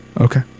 Okay